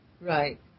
Right